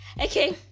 okay